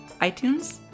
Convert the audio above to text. iTunes